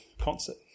concert